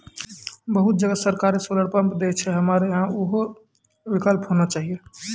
बहुत जगह सरकारे सोलर पम्प देय छैय, हमरा यहाँ उहो विकल्प होना चाहिए?